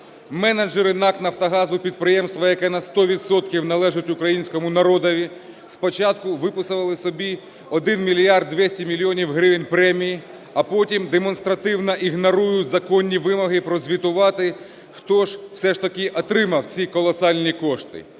Менеджери НАК "Нафтогазу" – підприємства, яке на 100 відсотків належить українському народові, – спочатку виписали собі 1 мільярд 200 мільйонів гривень премії, а потім демонстративно ігнорують законні вимоги прозвітувати, хто ж все ж таки отримав ці колосальні кошти.